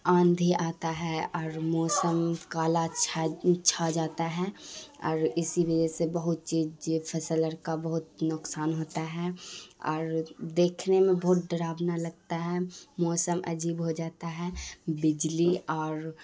آندھی آتا ہے اور موسم کالا چھا چھا جاتا ہے اور اسی وجہ سے بہت چیز یہ فصل اور کا بہت نقصان ہوتا ہے اور دیکھنے میں بہت ڈراؤنا لگتا ہے موسم عجیب ہو جاتا ہے بجلی اور